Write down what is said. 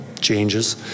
changes